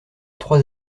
trois